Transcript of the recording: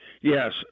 Yes